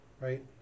right